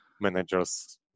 managers